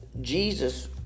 Jesus